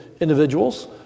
individuals